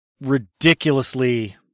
ridiculously